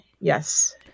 Yes